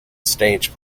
stage